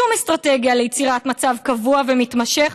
שום אסטרטגיה ליצירת מצב קבוע ומתמשך,